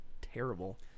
terrible